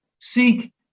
seek